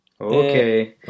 Okay